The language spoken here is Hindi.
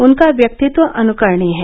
उनका व्यक्तित्व अनुकरणीय है